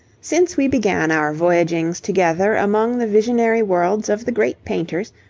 since we began our voyagings together among the visionary worlds of the great painters,